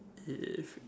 yes